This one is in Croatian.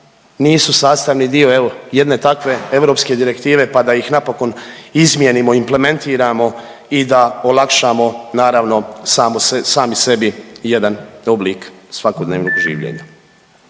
nisu sastavni dio evo jedne takve europske direktive, pa da ih napokon izmijenimo i implementiramo i da olakšamo naravno sami sebi jedan oblik svakodnevnog življenja.